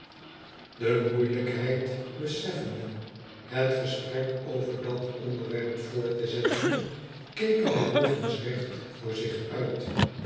de moeilijkheid beseffende het gesprek over dat onderwerp voort te eetten keken de bofüns recht voor zich uit